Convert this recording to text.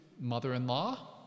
mother-in-law